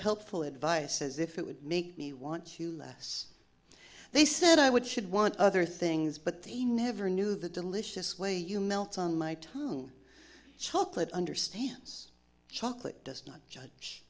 helpful advice as if it would make me want to less they said i would should want other things but they never knew the delicious way you melt on my tongue chocolate understands chocolate does not judge